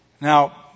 Now